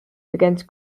against